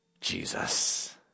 Jesus